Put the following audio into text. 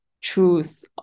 choose